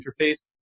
interface